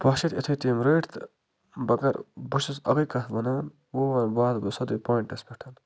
بَہہ شَتھ یُتھٕے تٔمۍ رٔٹۍ تہٕ مگر بہٕ چھُس اَکٕے کَتھ وَنان وۄنۍ وَنہٕ واتہٕ بہٕ سیوٚدُے پویِنٹَس پٮ۪ٹھ